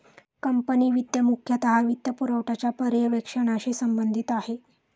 company वित्त मुख्यतः वित्तपुरवठ्याच्या पर्यवेक्षणाशी संबंधित आहे